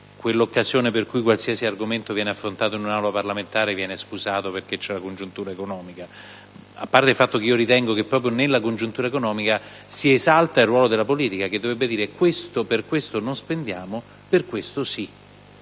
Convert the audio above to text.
quell'occasione per cui qualsiasi argomento viene affrontato in un'Aula parlamentare viene scusato perché c'è la congiuntura economica (a parte il fatto che ritengo che proprio nella congiuntura economica si esalta il ruolo della politica, che dovrebbe disporre quando spendere e quando no: